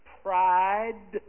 pride